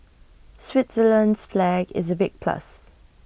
Switzerland's flag is A big plus